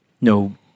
no